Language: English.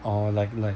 oh like like